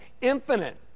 infinite